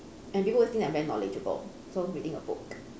and people would think I very knowledgeable so reading a book